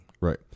Right